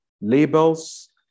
Labels